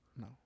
No